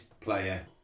player